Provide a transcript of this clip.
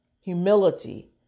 humility